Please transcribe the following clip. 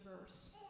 verse